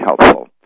helpful